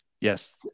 Yes